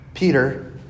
Peter